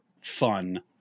fun